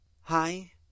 Hi